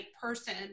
person